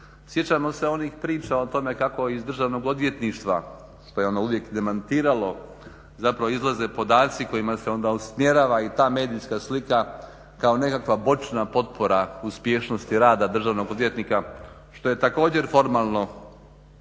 Sjećamo se onih priča o tome kako iz Državnog odvjetništva što je ono uvijek demantiralo, zapravo izlaze podaci kojima se onda usmjerava i ta medijska slika kao nekakva boćna potpora uspješnosti rada državnog odvjetnika što je također formalno